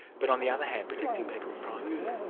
but on the other hand protecting people's privacy?